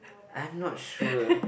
I'm not sure